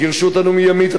גירשו אותנו מימית,